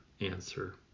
answer